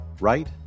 right